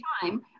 time